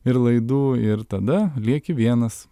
ir laidų ir tada lieki vienas